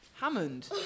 Hammond